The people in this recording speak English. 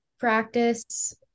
Practice